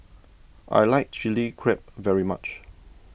I like Chilli Crab very much